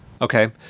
Okay